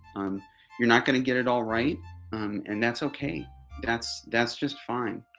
um you're not gonna get it all right and that's okay that's that's just fine.